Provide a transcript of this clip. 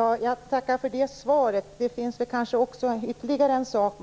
Herr talman! Jag tackar för svaret. Det finns ytterligare en sak